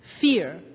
fear